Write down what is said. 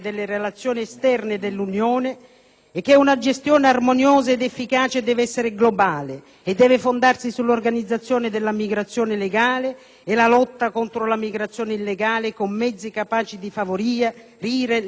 e che una gestione armoniosa ed efficace deve essere globale e deve fondarsi sull'organizzazione della migrazione legale e la lotta contro la migrazione illegale con mezzi capaci di favorire le sinergie tra migrazione e sviluppo.